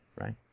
right